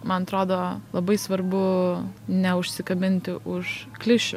man atrodo labai svarbu neužsikabinti už klišių